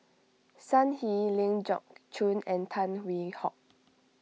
Sun Yee Ling Geok Choon and Tan Hwee Hock